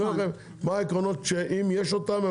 אני אומר מה העקרונות שאם יש אותם,